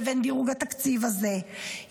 לבין דירוג התקציב הזה,